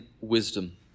wisdom